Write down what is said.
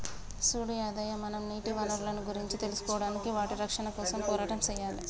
సూడు యాదయ్య మనం నీటి వనరులను గురించి తెలుసుకోడానికి వాటి రక్షణ కోసం పోరాటం సెయ్యాలి